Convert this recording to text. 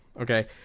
okay